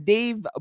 Dave